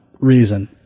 reason